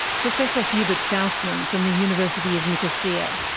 professor hubert faustmann from the university of nicosia.